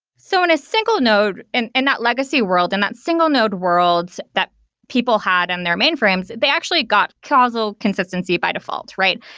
so on a single node, in and that legacy world, in that single node worlds that people had in and their mainframes, they actually got causal consistency by default, right?